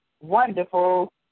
wonderful